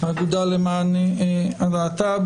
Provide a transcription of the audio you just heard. האגודה למען הלהט"ב.